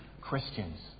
Christians